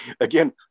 again